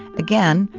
again,